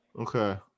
Okay